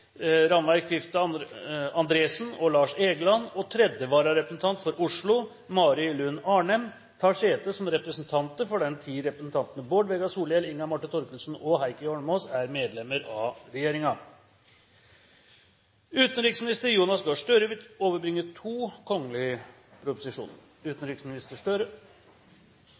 Andresen og Lars Egeland, og tredje vararepresentant for Oslo, Mari Lund Arnem, tar sete som representanter for den tid representantene Bård Vegar Solhjell, Inga Marte Thorkildsen og Heikki Holmås er medlemmer av regjeringen. Før sakene på dagens kart tas opp til behandling, vil